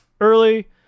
early